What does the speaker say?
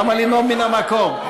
למה לנאום מן המקום?